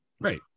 Right